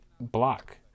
block